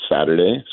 Saturday